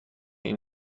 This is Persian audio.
این